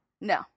no